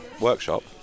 workshop